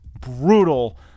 brutal